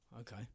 Okay